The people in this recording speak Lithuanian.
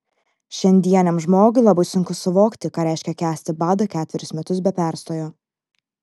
šiandieniam žmogui labai sunku suvokti ką reiškia kęsti badą ketverius metus be perstojo